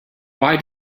why